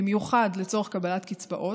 במיוחד לצורך קבלת קצבאות,